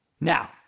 now